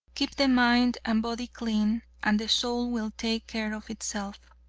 keep the mind and body clean and the soul will take care of itself.